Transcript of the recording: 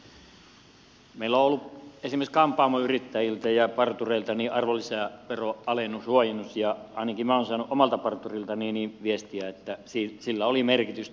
meillä on ollut esimerkiksi kampaamoyrittäjille ja partureille arvonlisäveron huojennus ja ainakin minä olen saanut omalta parturiltani viestiä että sillä oli merkitystä